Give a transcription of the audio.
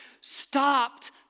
stopped